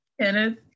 Kenneth